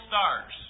stars